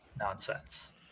nonsense